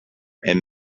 and